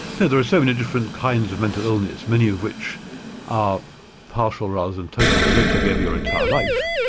there there are so many different kinds of mental illness, many of which are partial rather than total, they don't take over your entire life.